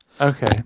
Okay